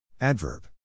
Adverb